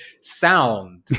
sound